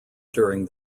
during